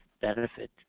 benefit